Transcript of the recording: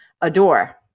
adore